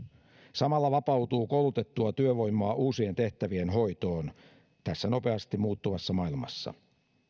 samalla vapautuu koulutettua työvoimaa uusien tehtävien hoitoon tässä nopeasti muuttuvassa maailmassa